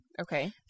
Okay